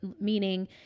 Meaning